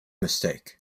mistake